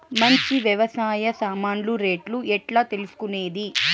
మంచి వ్యవసాయ సామాన్లు రేట్లు ఎట్లా తెలుసుకునేది?